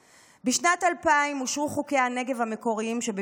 בשנת 2000 אושרו חוקי הנגב המקוריים שבמסגרתם